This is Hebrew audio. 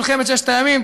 מלחמת ששת הימים,